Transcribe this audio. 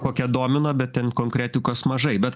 kokia domino bet ten konkretikos mažai bet